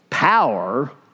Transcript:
power